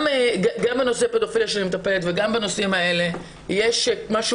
גם נושא פדופיליה שאני מטפלת בה וגם בנושאים האלה יש משהו